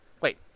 Wait